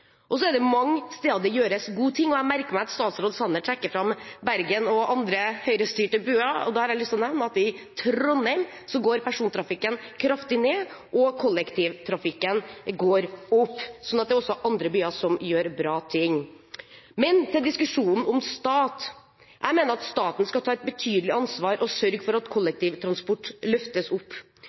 Mange steder gjøres det gode ting. Jeg merker meg at statsråd Sanner trekker fram Bergen og andre høyrestyrte byer, og da har jeg lyst til å nevne at i Trondheim går personbiltrafikken kraftig ned og kollektivtrafikken går opp, så det er også andre byer som gjør bra ting. Men så til diskusjonen om stat: Jeg mener at staten skal ta et betydelig ansvar og sørge for at kollektivtransport løftes opp,